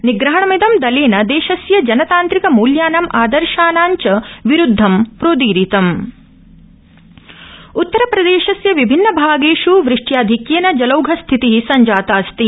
निग्रहणमिदं दलेन देशस्य जनतांत्रिक मूल्यानां आदर्शानां च विरूद्धं प्रोदीरितम उत्तरप्रदेश उत्तरप्रदेशस्य विभिन्न भागेष् वृष्ट्याधिक्येन जलौघस्थितः संजातास्ति